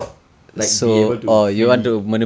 like be able to freely